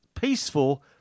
peaceful